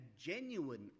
genuine